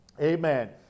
Amen